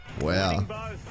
wow